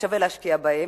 ששווה להשקיע בהם,